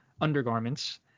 undergarments